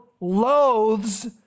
loathes